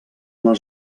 les